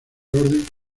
orden